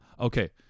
okay